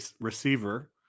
receiver